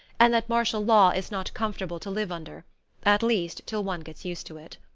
and that martial law is not comfortable to live under at least till one gets used to it.